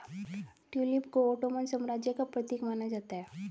tulip को Ottoman साम्राज्य का प्रतीक माना जाता है